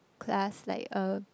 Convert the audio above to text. class like uh